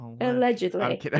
allegedly